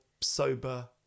sober